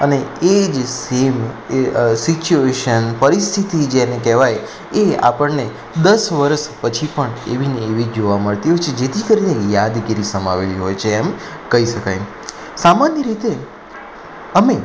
અને એ જ સેમ સિચુએશન પરિસ્થિતિ જેને કહેવાય એ આપણને દસ વર્ષ પછી પણ એવી ને એવી જોવા મળતી હોય છે જેથી કરીને યાદગીરી સમાવેલી હોય છે એમ કહી શકાય સામાન્ય રીતે અમે